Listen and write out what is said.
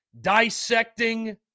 dissecting